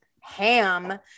Ham